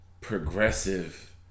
Progressive